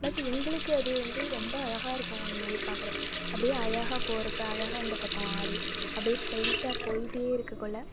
but எங்களுக்கு அது வந்து ரொம்ப அழகாக இருக்கும் எங்கள் ஊர் பார்க்குறப்ப அப்படியே அழகாக போகிறப்ப அழகாக இந்த பக்கம் ஆறு அப்படியே ஸ்ரைட்டாக போயிகிட்டே இருக்கக்குள்ளே